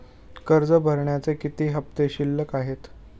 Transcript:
कर्ज भरण्याचे किती हफ्ते शिल्लक आहेत?